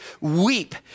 weep